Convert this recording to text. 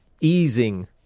easing